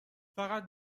فقط